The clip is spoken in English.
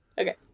Okay